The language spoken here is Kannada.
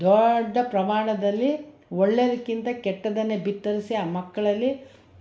ದೊಡ್ಡ ಪ್ರಮಾಣದಲ್ಲಿ ಒಳ್ಳೆಯದ್ಕಿಂತ ಕೆಟ್ಟದ್ದನ್ನೇ ಬಿತ್ತರಿಸಿ ಆ ಮಕ್ಕಳಲ್ಲಿ